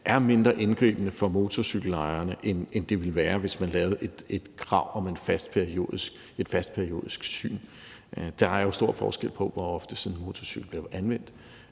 er mindre indgribende for motorcykelejerne, end det ville være, hvis man lavede et krav om et fast periodisk syn. Der er jo stor forskel på, hvor ofte sådan en motorcykel anvendes.